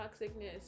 toxicness